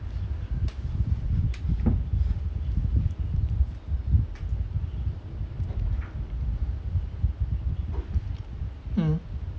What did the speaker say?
mm